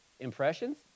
Impressions